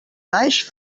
baix